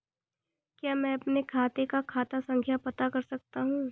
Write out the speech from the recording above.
क्या मैं अपने खाते का खाता संख्या पता कर सकता हूँ?